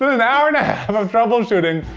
an hour and a half of troubleshooting,